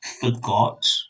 forgot